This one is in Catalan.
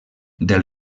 del